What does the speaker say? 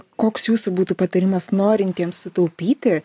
koks jūsų būtų patarimas norintiems sutaupyti